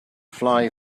fly